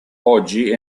oggi